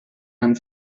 han